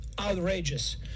outrageous